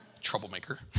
Troublemaker